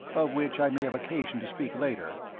of which i may have occasion to speak later,